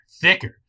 thicker